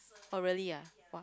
oh really ah !wah!